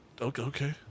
Okay